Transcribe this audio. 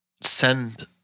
send